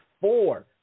four